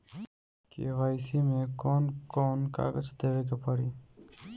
KYC मे कौन कौन कागज देवे के पड़ी?